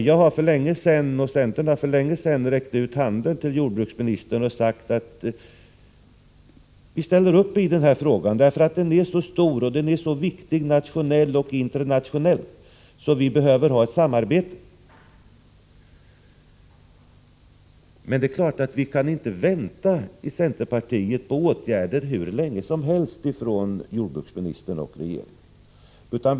Jag och centern har för länge sedan räckt ut handen till jordbruksministern och sagt att vi ställer upp i denna fråga, eftersom den är så stor och så viktig både nationellt och internationellt att det behövs ett samarbete. Men vi i centerpartiet kan naturligtvis inte vänta hur länge som helst på åtgärder från jordbruksministern och regeringen.